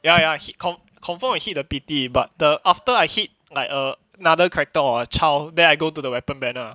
ya ya he con~ confirm will hit a pity but the after I hit like err another character or a child then I go to the weapon banner ah